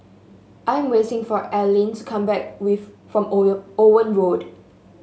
I am waiting for Arlyne to come back from Owen Road